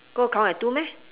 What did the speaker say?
go count as two meh